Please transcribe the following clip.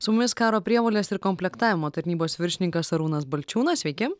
su mumis karo prievolės ir komplektavimo tarnybos viršininkas arūnas balčiūnas sveiki